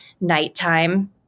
Nighttime